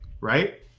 right